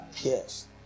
Yes